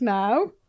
now